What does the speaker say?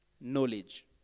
knowledge